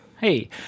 Hey